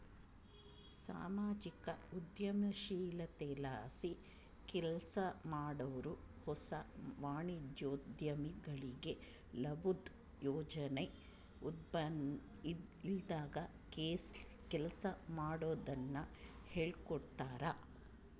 ಸಾಮಾಜಿಕ ಉದ್ಯಮಶೀಲತೆಲಾಸಿ ಕೆಲ್ಸಮಾಡಾರು ಹೊಸ ವಾಣಿಜ್ಯೋದ್ಯಮಿಗಳಿಗೆ ಲಾಬುದ್ ಯೋಚನೆ ಇಲ್ದಂಗ ಕೆಲ್ಸ ಮಾಡೋದುನ್ನ ಹೇಳ್ಕೊಡ್ತಾರ